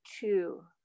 two